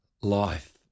life